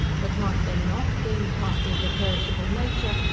but might they not, being partly of a perishable nature,